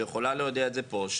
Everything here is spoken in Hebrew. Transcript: והיא יכולה להודיע את זה פה,